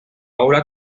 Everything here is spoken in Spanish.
obra